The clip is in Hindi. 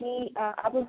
कि आप